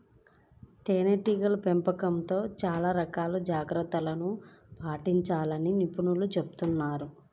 తేనెటీగల పెంపకంలో చాలా రకాల జాగ్రత్తలను పాటించాలని నిపుణులు చెబుతున్నారు